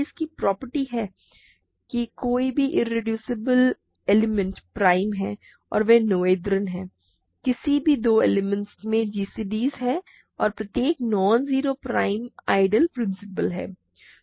PIDs की property है कि कोई भी इरेड्यूसिबल एलिमेंट प्राइम है और वे नोथेरियन हैं किसी भी दो एलिमेंट्स में gcds हैं और प्रत्येक non zero prime ideal principal है